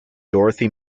dorothy